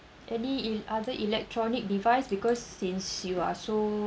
any e~ other electronic device because since you are so